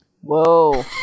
Whoa